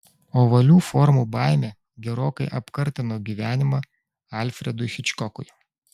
ovalių formų baimė gerokai apkartino gyvenimą alfredui hičkokui